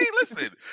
listen